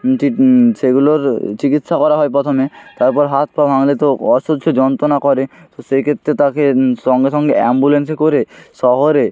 উচিত সেগুলোর চিকিৎসা করা হয় প্রথমে তারপর হাত পা ভাঙলে তো অসহ্য যন্তণা করে তো সেই ক্ষেত্রে তাকে সঙ্গে সঙ্গে অ্যাম্বুলেন্সে করে শহরে